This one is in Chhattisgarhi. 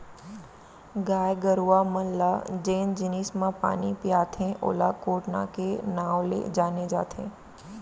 गाय गरूवा मन ल जेन जिनिस म पानी पियाथें ओला कोटना के नांव ले जाने जाथे